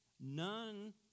None